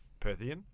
Perthian